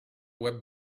web